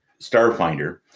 Starfinder